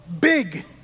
big